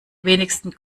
wenigsten